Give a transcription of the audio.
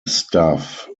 staff